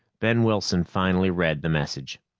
ben wilson finally read the message.